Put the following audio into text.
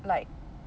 like